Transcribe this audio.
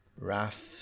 raft